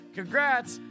Congrats